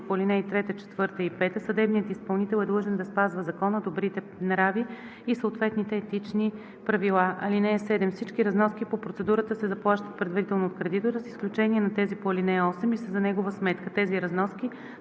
по ал. 3, 4 и 5 съдебният изпълнител е длъжен да спазва закона, добрите нрави и съответните етични правила. (7) Всички разноски по процедурата се заплащат предварително от кредитора с изключение на тези по ал. 8 и са за негова сметка. Тези разноски